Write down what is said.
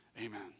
Amen